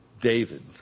David